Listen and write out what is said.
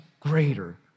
greater